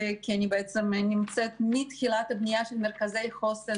כי אני נמצאת מתחילת הבנייה של מרכזי חוסן,